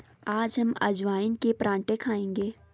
आज हम अजवाइन के पराठे खाएंगे